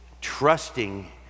trusting